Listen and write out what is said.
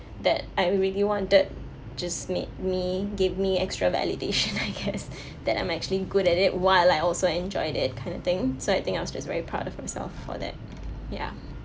that I really wanted just made me gave me extra validation I guess that I'm actually good at it while I also enjoy it kind of thing so I think I was just very proud of myself for that ya